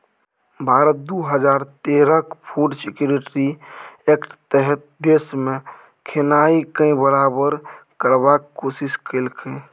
भारत दु हजार तेरहक फुड सिक्योरिटी एक्टक तहत देशमे खेनाइ केँ बराबर करबाक कोशिश केलकै